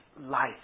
life